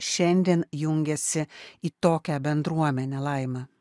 šiandien jungiasi į tokią bendruomenę laima